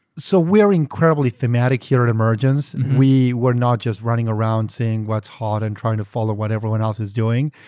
so we are incredibly thematic here at emergence, we were not just running around saying whataeurs hot and trying to follow what everyone else is doing.